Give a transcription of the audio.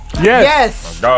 Yes